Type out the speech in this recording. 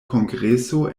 kongreso